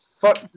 Fuck